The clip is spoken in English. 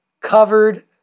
covered